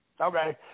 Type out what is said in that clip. Okay